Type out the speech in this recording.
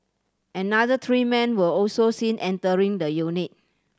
another three men were also seen entering the unit